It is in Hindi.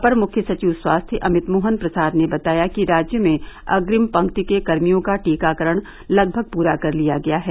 अपर मुख्य सचिव स्वास्थ्य अमित मोहन प्रसाद ने बताया कि राज्य में अग्रिम पंक्ति के कर्मियों का टीकाकरण लगभग पूरा कर लिया गया है